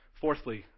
Fourthly